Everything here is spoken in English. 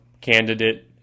Candidate